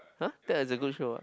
!huh! that is a good show ah